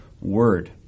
Word